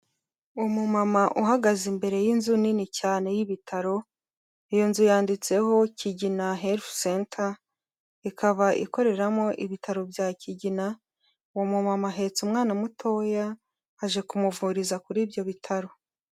Umumama uhagaze imbere y'inzu nini cyane y'ibitaro, iyo nzu yanditseho Kigina Health Center, ikaba ikoreramo ibitaro bya Kigina, uwo mumama ahetse umwana mutoya, aje kumuvuriza kuri ibyo bitaro.